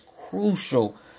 crucial